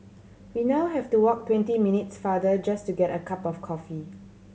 we now have to walk twenty minutes farther just to get a cup of coffee